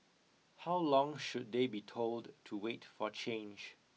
how long should they be told to wait for change